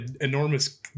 Enormous